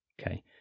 Okay